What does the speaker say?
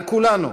על כולנו,